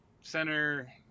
center